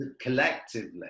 Collectively